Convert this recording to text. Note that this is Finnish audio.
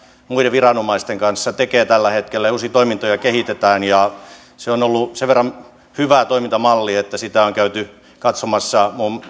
muiden viranomaisten kanssa tekee tällä hetkellä ja uusia toimintoja kehitetään se on ollut sen verran hyvä toimintamalli että sitä on käyty katsomassa